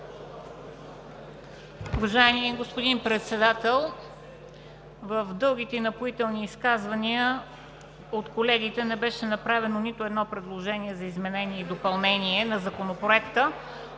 Уважаеми господин Председател, в дългите и напоителни изказвания от колегите не беше направено нито едно предложение за изменение и допълнение на Законопроекта,